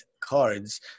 cards